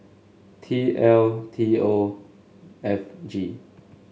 T L T O F G